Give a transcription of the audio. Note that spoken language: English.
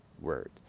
word